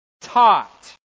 taught